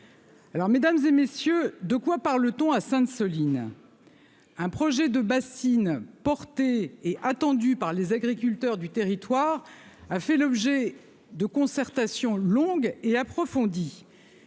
Alors mesdames et messieurs, de quoi parle-t-on à Sainte-Soline, un projet de bassines portée et attendue par les agriculteurs du territoire, a fait l'objet de concertations longue et approfondie